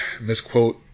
misquote